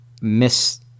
miss